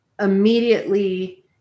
immediately